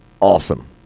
awesome